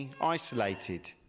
isolated